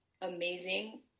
amazing